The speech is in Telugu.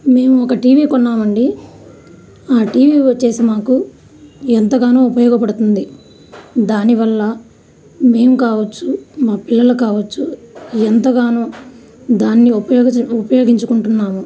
మేము ఒక టీవీ కొన్నామండి ఆ టీవీ వచ్చేసి మాకు ఎంతగానో ఉపయోగపడుతుంది దానివల్ల మేము కావచ్చు మా పిల్లలు కావచ్చు ఎంతగానో దాన్ని ఉపయోగిచ ఉపయోగించుకుంటున్నాము